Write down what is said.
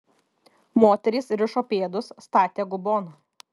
moterys rišo pėdus statė gubon